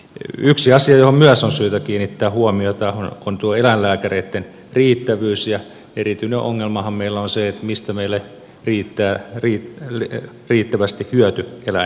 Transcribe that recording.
yksi asia johon myös on syytä kiinnittää huomiota on tuo eläinlääkäreitten riittävyys ja erityinen ongelmahan meillä on se mistä meille riittää riittävästi hyötyeläinlääkäreitä